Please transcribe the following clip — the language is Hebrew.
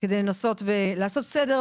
כדי לנסות ולעשות סדר,